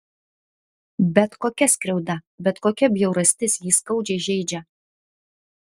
bet kokia skriauda bet kokia bjaurastis jį skaudžiai žeidžia